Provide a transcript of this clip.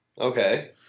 Okay